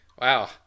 Wow